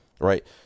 right